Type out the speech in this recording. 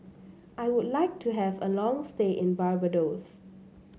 I would like to have a long stay in Barbados